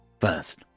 First